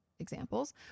examples